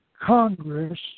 congress